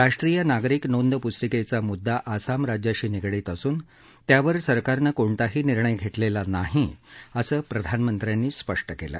राष्ट्रीय नागरीक नोंद प्स्तिकेचा मुद्दा आसाम राज्याशी निगडीत असून त्यावर सरकारनं कोणताही निर्णय घेतलेला नाही असं प्रधानमंत्र्यांनी स्पष्ट केलं